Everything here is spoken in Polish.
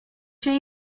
się